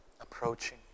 approaching